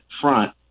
front